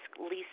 Lisa